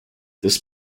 this